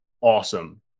awesome